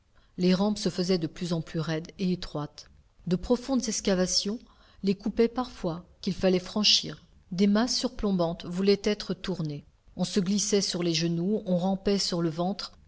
les rampes se faisaient de plus en plus raides et étroites de profondes excavations les coupaient parfois qu'il fallait franchir des masses surplombantes voulaient être tournées on se glissait sur les genoux on rampait sur le ventre